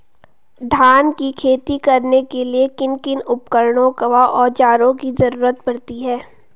धान की खेती करने के लिए किन किन उपकरणों व औज़ारों की जरूरत पड़ती है?